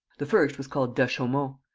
the first was called dachaumont,